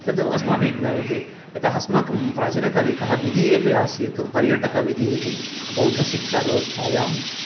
तद् अस्माभिः ज्ञायते यतः अस्माकं प्राचीनकालिक विधिः अपि आसीत् पर्यटकविधिः इति बौद्धशिक्षाव्यवस्थायां